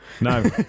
No